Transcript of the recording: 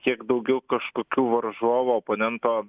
kiek daugiau kažkokių varžovo oponento